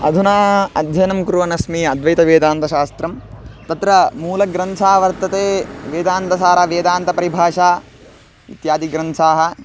अधुना अध्ययनं कुर्वन् अस्मि अद्वैतवेदान्तशास्त्रं तत्र मूलग्रन्थाः वर्तन्ते वेदान्तसारः वेदान्तपरिभाषा इत्यादिग्रन्थाः